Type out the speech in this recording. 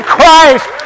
Christ